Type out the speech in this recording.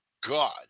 God